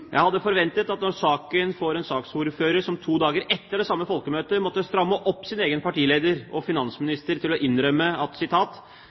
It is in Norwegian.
Saken får en saksordfører som to dager etter det samme folkemøtet måtte stramme opp sin egen partileder og